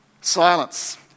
silence